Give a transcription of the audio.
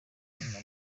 zisubira